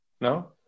No